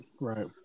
Right